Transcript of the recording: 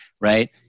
right